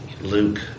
Luke